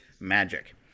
magic